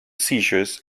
seizures